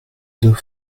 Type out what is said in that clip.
deux